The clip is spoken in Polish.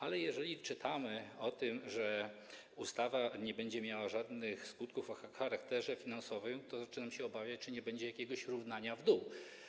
Ale jeżeli czytamy o tym, że ustawa nie będzie miała żadnych skutków o charakterze finansowym, to zaczynam się obawiać, czy nie będzie jakiegoś równania w dół.